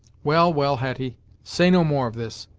well, well, hetty say no more of this.